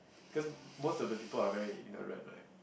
cause most of the people are very ignorant right